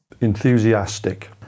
Enthusiastic